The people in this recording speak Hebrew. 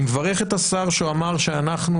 אני מברך את השר שאמר שאנחנו,